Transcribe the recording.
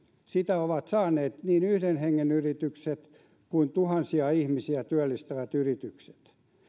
sitä ovat saaneet niin yhden hengen yritykset kuin tuhansia ihmisiä työllistävät yritykset